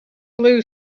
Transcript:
blue